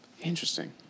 Interesting